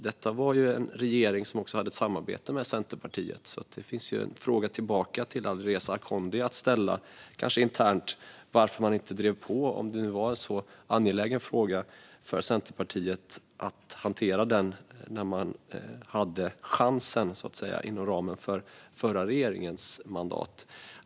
Förra regeringen hade ju ett samarbete med Centerpartiet, så Alireza Akhondi kan kanske ställa frågan internt varför Centerpartiet inte drev på en så för partiet angelägen fråga när man hade chansen inom ramen för förra regeringens mandat.